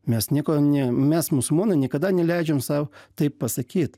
mes nieko ne mes musulmonai niekada neleidžiam sau taip pasakyt